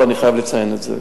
ואני חייב לציין את זה.